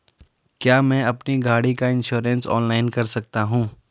क्या मैं अपनी गाड़ी का इन्श्योरेंस ऑनलाइन कर सकता हूँ?